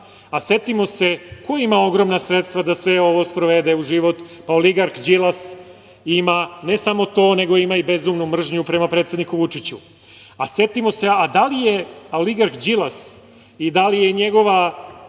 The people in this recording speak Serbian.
Setimo se ko ima ogromna sredstva da sve ovo sprovede u život. Pa, oligarh Đilas ima ne samo to, ima i bezumnu mržnju prema predsedniku Vučiću. Setimo se, da li je oligarh Đilas i da li je njegova